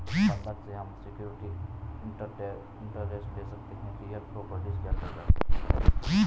बंधक से हम सिक्योरिटी इंटरेस्ट ले सकते है रियल प्रॉपर्टीज के अंतर्गत